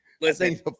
Listen